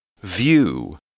View